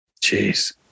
Jeez